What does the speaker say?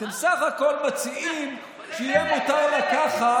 אתם בסך הכול מציעים שיהיה מותר לקחת,